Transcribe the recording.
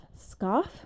scarf